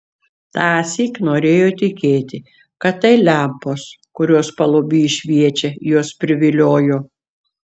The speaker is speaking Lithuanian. tąsyk norėjo tikėti kad tai lempos kurios paluby šviečia juos priviliojo